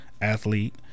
athlete